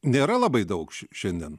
nėra labai daug š šiandien